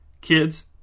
Kids